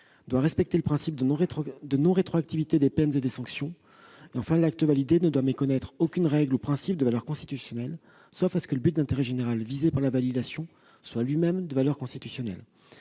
doit respecter le principe de non-rétroactivité des peines et des sanctions ; l'acte validé ne doit méconnaître aucune règle ni aucun principe de valeur constitutionnelle, sauf à ce que le but d'intérêt général visé par la validation soit lui-même de valeur constitutionnelle